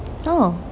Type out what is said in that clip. oh